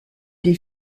des